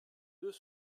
deux